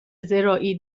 زراعی